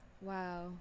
wow